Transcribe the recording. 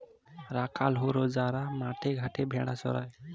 রাখাল হল যারা মাঠে ঘাটে ভেড়া চড়ায়